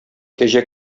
кәҗә